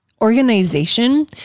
organization